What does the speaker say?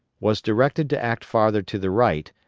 was directed to act farther to the right,